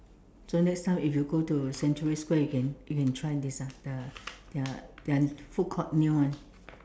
so next time if you go to century square you can you can try this ah the their their food court new one